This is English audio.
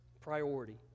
priority